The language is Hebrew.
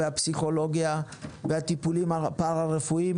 הפסיכולוגיה והטיפולים הפרא-רפואיים.